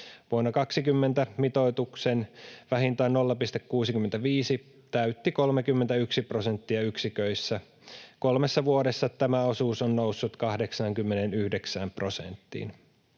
Vuonna 20 vähintään mitoituksen 0,65 täytti 31 prosenttia yksiköistä. Kolmessa vuodessa tämä osuus on noussut 89 prosenttiin.